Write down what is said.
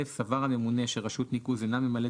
(א) סבר הממונה שרשות ניקוז אינה ממלאת